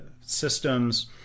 systems